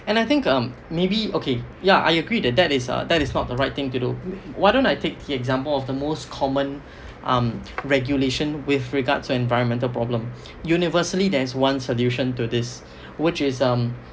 and I think um maybe okay ya I agree that that is uh that is not the right thing to do why don't I take the example of the most common um regulation with regards to environmental problem universally there is one solution to this which is um